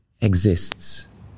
exists